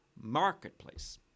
marketplace